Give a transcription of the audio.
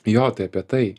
jo tai apie tai